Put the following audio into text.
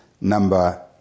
number